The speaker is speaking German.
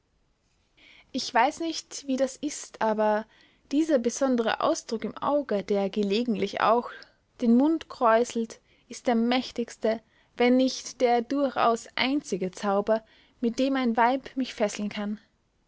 ich weiß nicht wie das ist aber dieser besondere ausdruck im auge der gelegentlich auch den mund kräuselt ist der mächtigste wenn nicht der durchaus einzige zauber mit dem ein weib mich fesseln kann